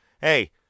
Hey